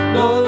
no